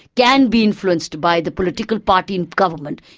can be influenced, by the political party in government.